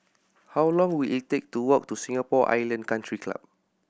how long will it take to walk to Singapore Island Country Club